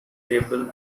label